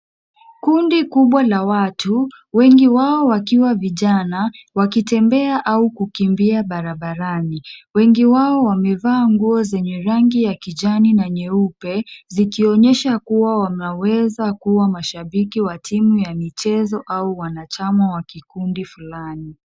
Kundi kubwa la watu, wengi wao wakiwa vijana, wakitembea au kukimbia barabarani. Wengi wao wamevaa nguo zenye rangi ya kijani n anyeupe, zikionyesha kuwa wameweza kuwa mashabiki wa timu ya michezo au wanachama wa kikundi fulani.